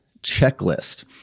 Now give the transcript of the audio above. checklist